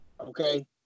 Okay